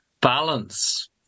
balance